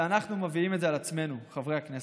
ואנחנו מביאים את זה על עצמנו, חברי הכנסת.